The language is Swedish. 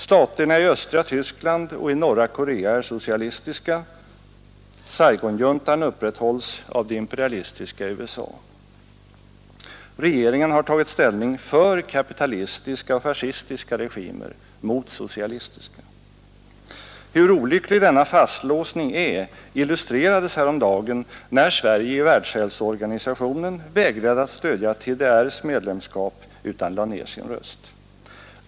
Staterna i östra Tyskland och i norra Korea är socialistiska, Saigonjuntan upprätthålls av det imperialistiska USA. Regeringen har tagit ställning för kapitalistiska och fascistiska regimer mot socialistiska. Hur olycklig denna fastlåsning är illustrerades häromdagen, när Sverige i Världshälsoorganisationen vägrade att stödja TDR:s medlemskap och lade ned sin röst.